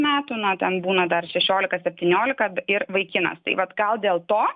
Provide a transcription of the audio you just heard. metų nebent būna dar šešiolika septyniolika ir vaikinas tai vatgal dėl to